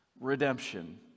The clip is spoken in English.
redemption